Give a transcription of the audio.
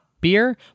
beer